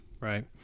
Right